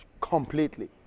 completely